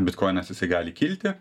bitkoinas jisai gali kilti